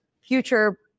future